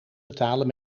betalen